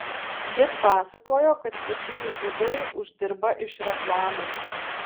jis pasakojo kad visi jutuberiai uždirba iš reklamų